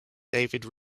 david